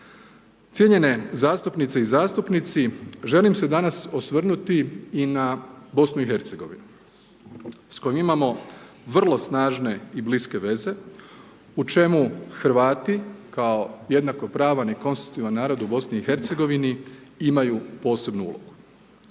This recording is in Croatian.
Cijenjene zastupnice i zastupnici, želim se danas osvrnuti i na BiH s kojom imamo vrlo snažne i bliske veze, u čemu Hrvati kao jednakopravan i konstitutivan narod BiH-u, imaju posebnu ulogu.